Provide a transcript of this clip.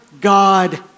God